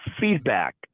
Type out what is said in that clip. feedback